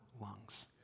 lungs